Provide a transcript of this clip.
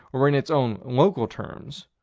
or in its own local terms,